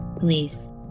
Please